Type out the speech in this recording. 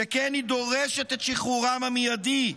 שכן היא דורשת את שחרורם המיידי,